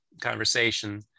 conversation